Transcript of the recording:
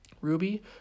Ruby